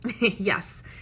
Yes